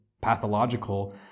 pathological